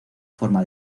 forma